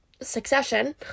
succession